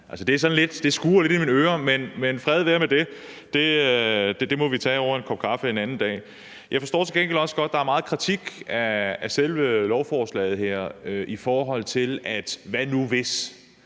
Det skurrer sådan lidt i mine ører, men fred være med det. Det må vi tage over en kop kaffe en anden dag. Jeg forstår til gengæld også godt, at der er meget kritik af selve lovforslaget her, i forhold til hvad nu hvis.